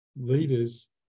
leaders